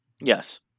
Yes